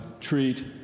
treat